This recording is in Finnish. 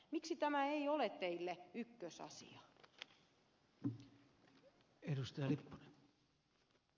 miksi tämä ei ole teille ykkösasia